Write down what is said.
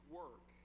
work